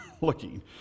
looking